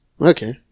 Okay